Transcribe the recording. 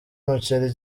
umuceri